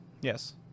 Yes